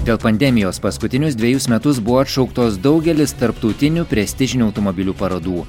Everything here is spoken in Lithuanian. dėl pandemijos paskutinius dvejus metus buvo atšauktos daugelis tarptautinių prestižinių automobilių parodų